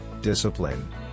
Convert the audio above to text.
discipline